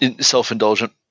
self-indulgent